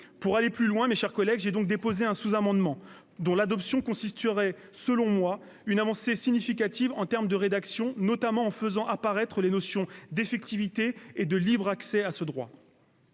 Pour aller plus loin, mes chers collègues, j'ai déposé un sous-amendement dont l'adoption constituerait, selon moi, une avancée rédactionnelle significative, notamment en faisant apparaître les notions d'effectivité et de libre accès à ce droit.